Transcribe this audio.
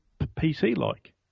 PC-like